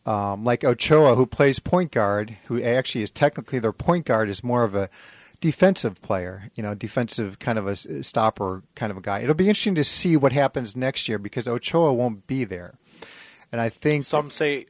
like oh cho who plays point guard who actually is technically the point guard is more of a defensive player you know defensive kind of a stopper kind of guy it'll be interesting to see what happens next year because ochoa won't be there and i think some say